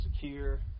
secure